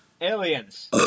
Aliens